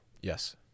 Yes